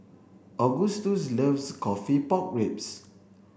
Agustus loves coffee pork ribs